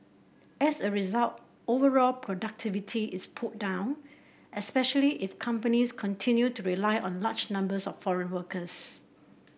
as a result overall productivity is pulled down especially if companies continue to rely on large numbers of foreign workers